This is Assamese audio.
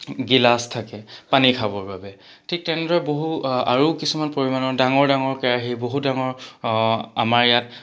গিলাচ থাকে পানী খাবৰ বাবে ঠিক তেনেদৰে বহু আৰু কিছুমান পৰিমাণৰ ডাঙৰ ডাঙৰ কেৰাহী বহুত ডাঙৰ আমাৰ ইয়াত